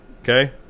okay